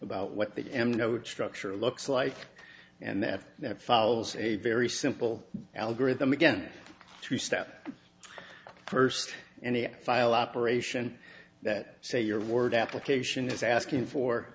about what the m node structure looks like and that it follows a very simple algorithm again to step first any file operation that say your word application is asking for